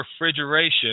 refrigeration